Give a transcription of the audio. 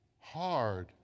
hard